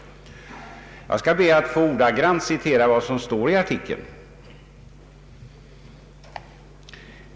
Jag skall be att ordagrant få citera vad som står i artikeln.